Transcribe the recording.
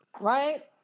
Right